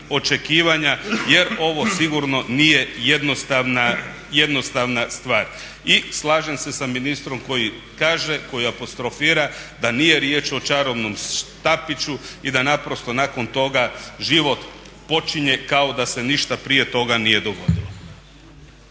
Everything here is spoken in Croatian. očekivanja, jer ovo sigurno nije jednostavna stvar. I slažem se sa ministrom koji kaže, koji apostrofira da nije riječ o čarobnom štapiću i da naprosto nakon toga život počinje kao da se ništa prije toga nije dogodilo.